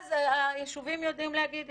ואז היישובים יודעים להגיד,